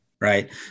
right